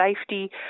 safety